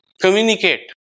communicate